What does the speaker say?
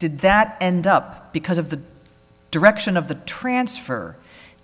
did that end up because of the direction of the transfer